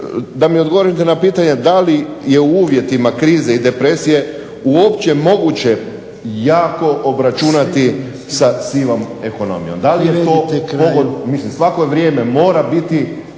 da mi odgovorite na pitanje, da li je u uvjetima krize i depresije uopće moguće jako obračunati sa sivom ekonomijom? Da li je to ... Mislim svako vrijeme mora biti